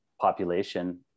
population